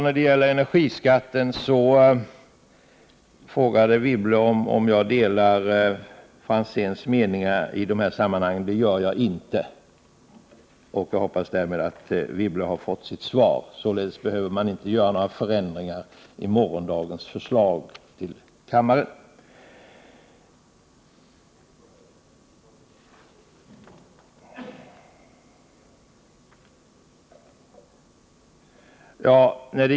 När det gäller energiskatten frågade Anne Wibble om jag delar Ivar Franzéns meningar. Det gör jag inte. Jag hoppas att hon därmed har fått sitt svar. Således behöver man inte göra några förändringar i morgondagens förslag till kammaren.